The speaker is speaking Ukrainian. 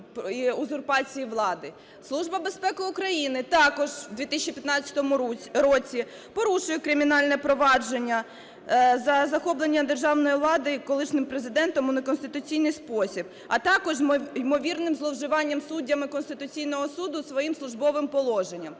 Служба безпеки України також в 2015 році порушує кримінальне провадження за захоплення державної влади колишнім Президентом у неконституційний спосіб, а також ймовірним зловживання суддями Конституційного Суду своїм службовим положенням.